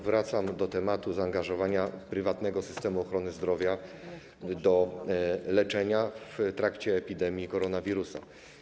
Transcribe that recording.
Wracam do tematu zaangażowania prywatnego systemu ochrony zdrowia w leczenie w trakcie epidemii koronawirusa.